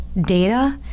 data